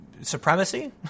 supremacy